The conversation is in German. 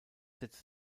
setzt